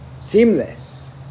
seamless